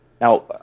Now